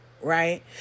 right